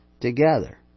together